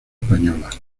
española